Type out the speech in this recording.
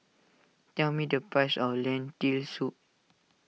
tell me the price of Lentil Soup